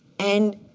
and